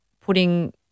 putting